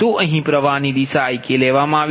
તો અહીં પ્રવાહની દિશા Ik લેવામાં આવી છે